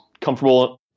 comfortable